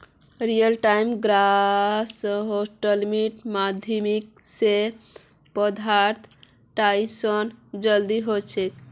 real time gross सेटलमेंटेर माध्यम स पैसातर ट्रांसैक्शन जल्दी ह छेक